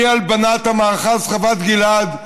כהלבנת המאחז חוות גלעד,